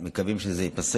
אנחנו מקווים שזה ייפסק,